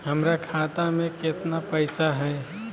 हमर खाता मे केतना पैसा हई?